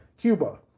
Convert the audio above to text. Cuba